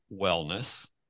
wellness